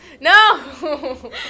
No